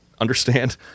understand